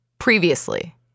Previously